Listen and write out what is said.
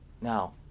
now